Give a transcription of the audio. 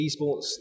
esports